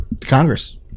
Congress